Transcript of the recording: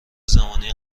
زمانی